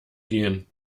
gehen